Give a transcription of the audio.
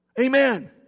Amen